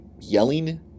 yelling